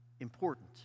important